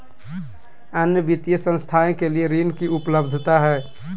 अन्य वित्तीय संस्थाएं के लिए ऋण की उपलब्धता है?